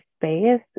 space